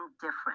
different